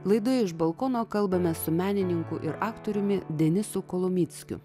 laidoje iš balkono kalbame su menininku ir aktoriumi denisu kolomickiu